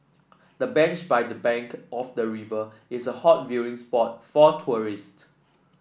the bench by the bank of the river is a hot viewing spot for tourists